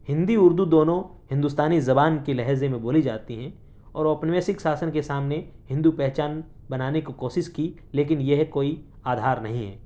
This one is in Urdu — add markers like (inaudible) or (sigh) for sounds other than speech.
ہندی اردو دونوں ہندوستانی زبان کے لہجے میں بولی جاتی ہیں اور (unintelligible) شاسن کے سامنے ہندو پہچان بنانے کو کوشش کی لیکن یہ کوئی آدھار نہیں ہے